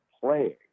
playing